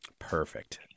perfect